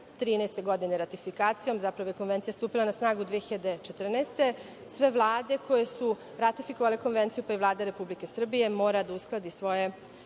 2013. godine ratifikacijom, zapravo konvencija je stupila na snagu 2014. godine. Sve vlade koje su ratifikovale konvenciju pa i Vlada Republike Srbije mora da uskladi svoju